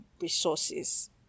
resources